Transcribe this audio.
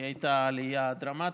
כי היא הייתה עלייה דרמטית,